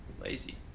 lazy